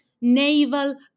naval